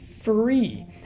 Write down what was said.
free